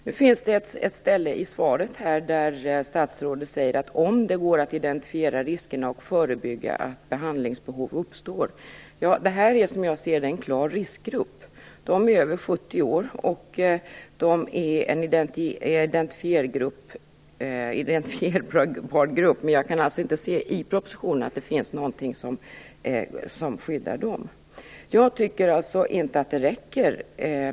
Det finns ett ställe i svaret där statsrådet säger "om det går att identifiera riskerna och förebygga att behandlingsbehov uppstår". De människor jag talar om utgör, som jag ser det, en klar riskgrupp. De är över 70 år och de är en identifierbar grupp, men jag kan inte se i propositionen att det finns någonting som skyddar dem. Jag tycker alltså inte att detta räcker.